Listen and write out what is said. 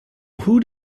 who